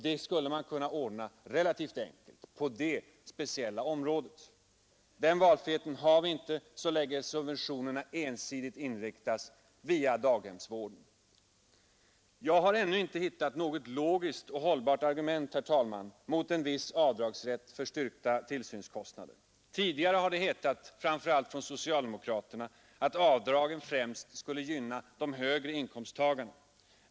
Den skulle kunna ordnas relativt enkelt, men den valfriheten har vi inte så länge subventionerna ensidigt inriktas på daghemsvården. Jag har ännu inte hittat något logiskt och hållbart argument, herr talman, mot en viss avdragsrätt för styrkta tillsynskostnader. Tidigare har det hetat från socialdemokraterna, att avdragen främst skulle gynna de högre inkomsttagarna.